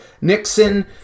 Nixon